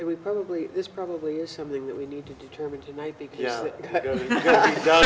it would probably this probably is something that we need to determine tonight